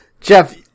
jeff